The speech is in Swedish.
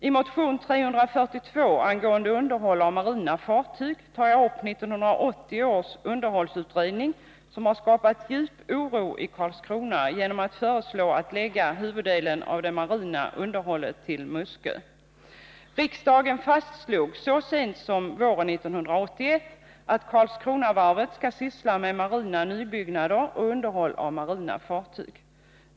I motion 342 angående underhåll av marina fartyg tar jag och Karl-Anders Petersson upp 1980 års underhållsutredning, som har skapat djup oro i Karlskrona genom att föreslå att huvuddelen av det marina underhållet skall förläggas till Muskö. Riksdagen fastslog så sent som våren 1981 att Karlskronavarvet skall syssla med marina nybyggnader och underhåll av marina fartyg.